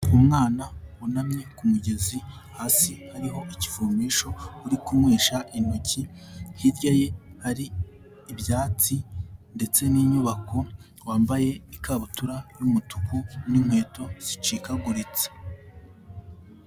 Umwana wunamye ku mugezi, hasi hariho igifumesho, uri kunywesha intoki, hirya ye hari ibyatsi ndetse n'inyubako, wambaye ikabutura y'umutuku n'inkweto zicikaguritse.